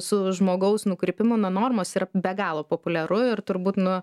su žmogaus nukrypimu nuo normos yra be galo populiaru ir turbūt nu